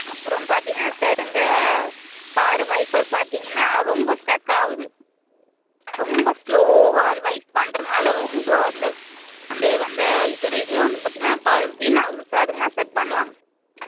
அப்புறம் பார்த்திங்கன்னா சார் இந்த கார் வைஃபர் பார்த்தீங்கன்னா ரொம்ப ஸ்டக் ஆகுது ரொம்ப ஸ்லோவாக அது வைஃப் பண்ணுறதுனால ரொம்ப அந்த அந்த அந்த இது இதோடய இதுவே வந்து பார்த்திங்கன்னா இப்போ வீண் ஆகுது சார் அதுக்கு என்ன சார் பண்ணலாம்